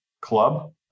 club